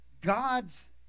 God's